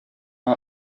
art